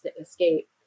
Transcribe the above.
escape